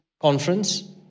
conference